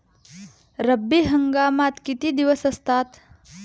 रब्बी हंगामात किती दिवस असतात?